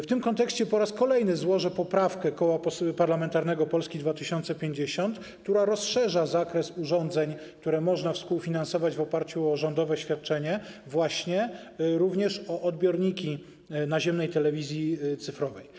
W tym kontekście po raz kolejny złożę poprawkę Koła Parlamentarnego Polska 2050, która rozszerza zakres urządzeń, które można współfinansować w oparciu o rządowe świadczenie, również o odbiorniki naziemnej telewizji cyfrowej.